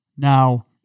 Now